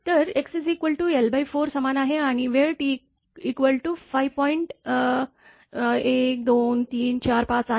तर x l4 समान आहे आणि वेळ t 5 पॉईंट 1 2 3 4 5 आहे